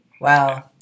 wow